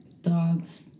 dogs